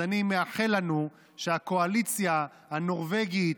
אז אני מאחל לנו שהקואליציה הנורבגית,